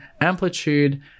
amplitude